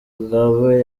mugabe